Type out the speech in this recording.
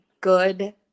good